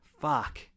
Fuck